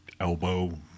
elbow